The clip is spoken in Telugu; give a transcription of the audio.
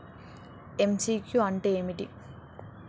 ఎమ్.సి.క్యూ అంటే ఏమిటి?